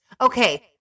Okay